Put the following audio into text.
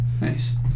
nice